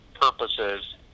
purposes